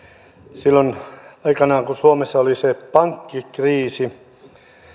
silloin aikanaan kun suomessa oli se pankkikriisi